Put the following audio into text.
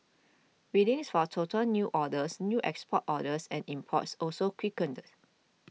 readings for total new orders new export orders and imports also quickened